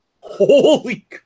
Holy